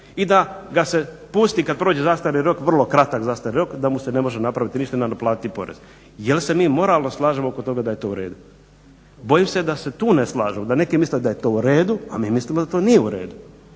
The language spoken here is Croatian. i da ga se pusti kad prođe zastarni rok, vrlo kratak zastarni rok, da mu se ne može napraviti ništa, nadoplatiti porez. Jel' se mi moralno slažemo oko toga da je to u redu? Bojim se da se tu ne slažemo, da neki misle da je to u redu, a mi mislimo da to nije u redu.